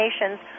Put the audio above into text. nations